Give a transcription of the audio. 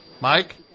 Mike